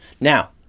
Now